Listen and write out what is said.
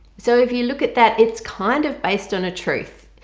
so if you look at that it's kind of based on a truth.